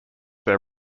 their